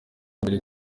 mbere